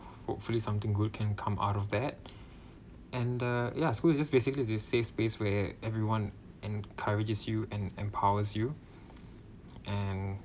hopefully something good can come out of that and uh yeah school is just basically the save space where everyone encourages you and empowers you and